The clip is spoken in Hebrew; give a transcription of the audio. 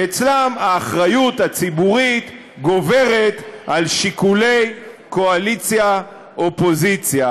שאצלם האחריות הציבורית גוברת על שיקולי קואליציה אופוזיציה.